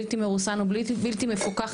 בלתי מרוסן ובלתי מפוקח,